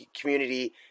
community